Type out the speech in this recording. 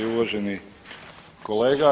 Uvaženi kolega.